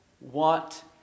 want